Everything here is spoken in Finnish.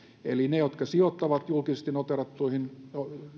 eli niiden jotka sijoittavat julkisesti noteerattuihin